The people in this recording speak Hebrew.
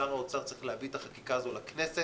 שר האוצר צריך להביא את החקיקה הזו לכנסת